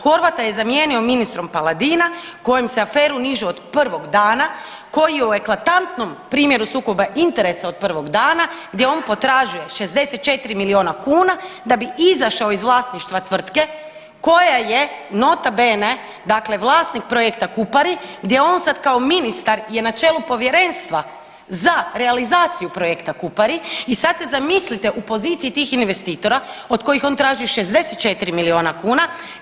Horvata je zamijenimo ministrom Paladina kojem se afere nižu od prvog dana koji je u eklatantnom primjeru sukoba interesa od prvog dana gdje on potražuje 64 milijuna kuna da bi izašao iz vlasništva tvrtke koja je nota bene dakle vlasnik projekta Kupari gdje on sad kao ministar je na čelu povjerenstva za realizaciju projekta Kupari i sad se zamislite u poziciji tih investitora od kojih on traži 64 milijuna kuna.